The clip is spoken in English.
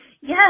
Yes